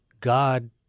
god